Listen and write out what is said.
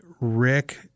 Rick